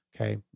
Okay